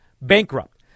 bankrupt